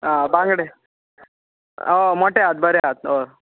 आं बांगडे मोटे आहात बरें आहात हय